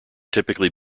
typically